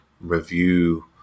review